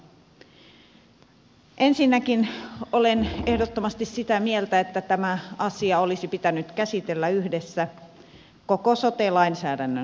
ensinnäkin olen ehdottomasti sitä mieltä että tämä asia olisi pitänyt käsitellä yhdessä koko sote lainsäädännön kanssa